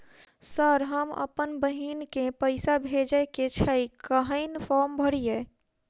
Sir हम अप्पन बहिन केँ पैसा भेजय केँ छै कहैन फार्म भरीय?